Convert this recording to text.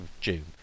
June